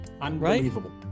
Unbelievable